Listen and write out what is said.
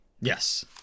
Yes